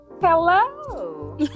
Hello